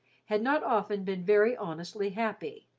had not often been very honestly happy.